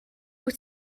wyt